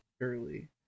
early